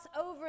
over